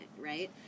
right